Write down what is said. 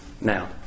Now